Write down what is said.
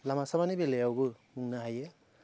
लामा सामानि बेलायावबो बुंनो हायो